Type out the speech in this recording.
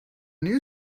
new